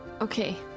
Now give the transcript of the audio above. Okay